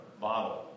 bottle